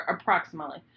Approximately